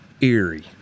eerie